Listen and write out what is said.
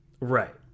Right